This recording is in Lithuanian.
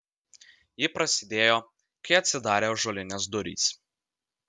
ji prasidėjo kai atsidarė ąžuolinės durys